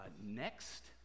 next